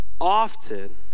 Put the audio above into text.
often